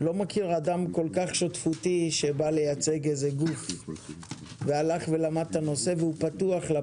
בלי שזה יעלה לא כסף?